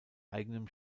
eigenem